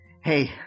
hey